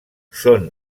són